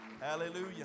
Hallelujah